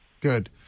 Good